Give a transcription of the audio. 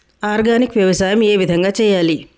Organic వ్యవసాయం ఏ విధంగా చేయాలి?